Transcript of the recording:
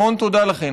המון תודה לכן.